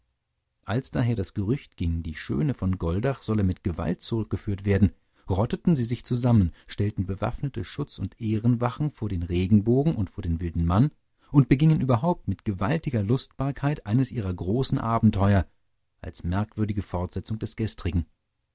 als daher das gerücht ging die schöne von goldach solle mit gewalt zurückgeführt werden rotteten sie sich zusammen stellten bewaffnete schutz und ehrenwachen vor den regenbogen und vor den wilden mann und begingen überhaupt mit gewaltiger lustbarkeit eines ihrer großen abenteuer als merkwürdige fortsetzung des gestrigen